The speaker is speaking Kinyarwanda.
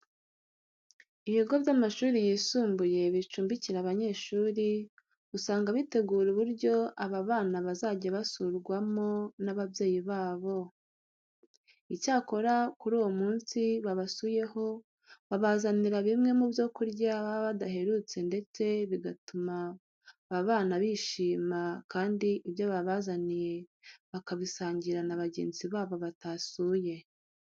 Ibigo by'amashuri yisumbuye bicumbikira abanyeshuri, usanga bitegura uburyo aba bana bazajya basurwamo n'ababyeyi babo. Icyakora kuri uwo munsi babasuyeho babazanira bimwe mu byo kurya baba badaherutse ndetse bigatuma aba bana bishima kandi ibyo babazaniye bakabisangira na bagenzi babo batasuye.